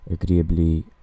agreeably